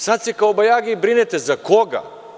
Sada se kobajagi brinete za koga?